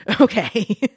okay